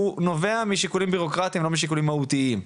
הוא נובע משיקולים בירוקרטים ולא משיקולים מהותיים.